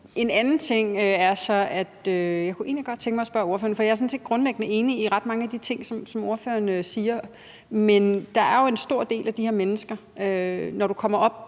en anden ting, som jeg egentlig godt kunne tænke mig at spørge ordføreren om. Jeg er sådan set grundlæggende enig i ret mange af de ting, som ordføreren siger. Men rigtig mange af de her mennesker, som kommer op